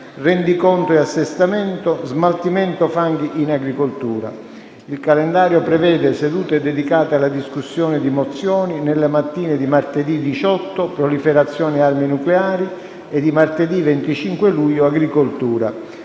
rendiconto e assestamento; smaltimento fanghi in agricoltura. Il calendario prevede sedute dedicate alla discussione di mozioni nelle mattine di martedì 18 (proliferazione armi nucleari) e di martedì 25 luglio (agricoltura).